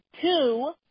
two